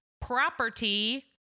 property